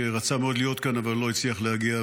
שרצה מאוד להיות כאן אבל הוא לא הצליח להגיע,